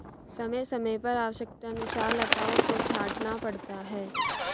समय समय पर आवश्यकतानुसार लताओं को छांटना पड़ता है